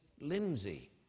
Lindsay